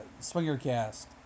SwingerCast